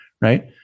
right